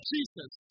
Jesus